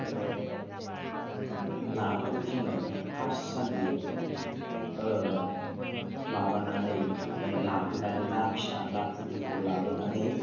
नाखौ जोङो first Sunday माबानानै लाबोनानै ना फिसा फुलिखौ लाबोनानै